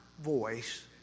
voice